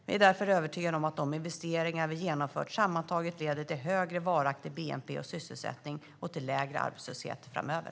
Jag är därför övertygad om att de investeringar vi genomför sammantaget leder till högre varaktig bnp och sysselsättning och till lägre arbetslöshet framöver.